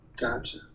Gotcha